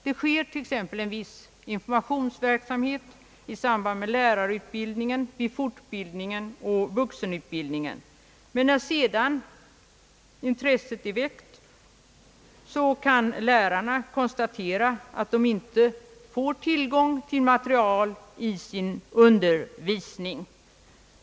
Det sker t.ex. en viss informationsverksamhet i samband med lärarutbildning, fortbildning och vuxenutbildning, men sedan intresset väckts kan lärarna konstatera, att de inte får tillgång till materiel för sin undervisning.